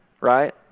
right